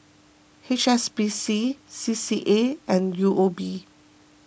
H S B C C C A and U O B